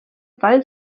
wall